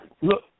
Look